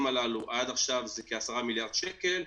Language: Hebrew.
הללו עד עכשיו זה כ-10 מיליארד שקל,